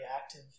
active